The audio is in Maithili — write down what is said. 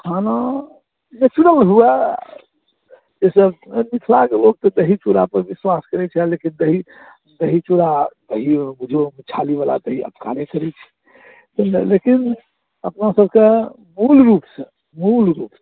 खाना नेचुरल हुअ जाहिसँ मिथिलाकेँ लोक तऽ दही चुरा पर विश्वास करैत छै लेकिन दही दही चुरा दही बुझियौ छाली बला दही अपकारे करैत छै लेकिन अपना सबकेँ मूलरूपसँ मूलरूपसँ